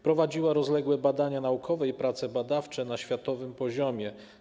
Prowadziła rozległe badania naukowe i prace badawcze na światowym poziomie.